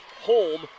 home